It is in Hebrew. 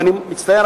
ואני מצטער,